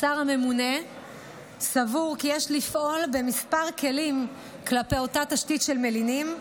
השר הממונה סבור כי יש לפעול בכמה כלים כלפי אותה תשתית של מלינים,